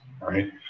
right